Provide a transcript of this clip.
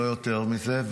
לא יותר מזה,